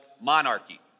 monarchy